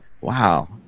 wow